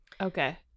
Okay